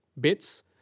bits